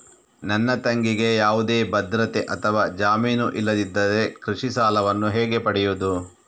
ನನ್ನ ತಂಗಿಗೆ ಯಾವುದೇ ಭದ್ರತೆ ಅಥವಾ ಜಾಮೀನು ಇಲ್ಲದಿದ್ದರೆ ಕೃಷಿ ಸಾಲವನ್ನು ಹೇಗೆ ಪಡೆಯುದು?